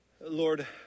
Lord